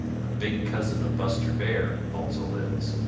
the big cousin of buster bear, also lives,